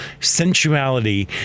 Sensuality